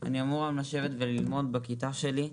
אני אמור היום לשבת וללמוד בכיתה שלי,